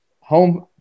home